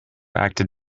acted